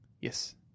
Yes